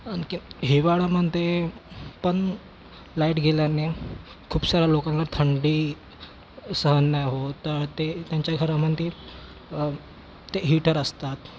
आणि के हिवाळामधे पण लाईट गेल्याने खूप साऱ्या लोकांना थंडी सहन नाही होत तर ते त्यांच्या घरामधे ते हिटर असतात